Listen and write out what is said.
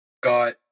got